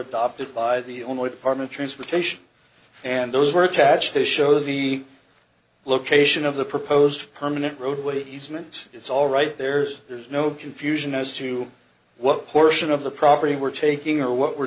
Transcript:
adopted by the only apartment transportation and those were attached to show the location of the proposed permanent roadway easement it's all right there's there's no confusion as to what portion of the property we're taking or what we're